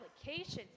applications